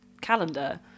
calendar